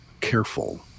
careful